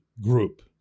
group